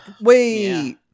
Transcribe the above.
Wait